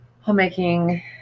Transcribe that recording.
homemaking